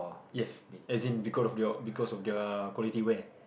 yes as in because of your because of their quality wear